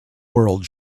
world